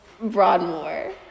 Broadmoor